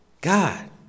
God